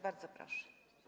Bardzo proszę.